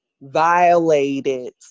violated